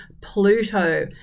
Pluto